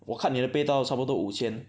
我 cut 你的 pay 到差不多五千